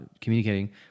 communicating